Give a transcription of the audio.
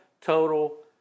total